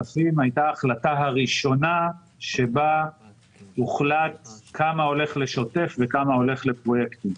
ההחלטה הראשונה שבה הוחלט כמה הולך לשוטף וכמה הולך לפרויקטים.